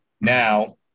now